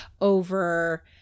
over